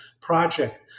project